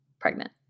pregnant